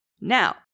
Now